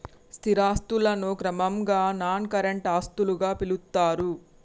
స్థిర ఆస్తులను క్రమంగా నాన్ కరెంట్ ఆస్తులుగా పిలుత్తరు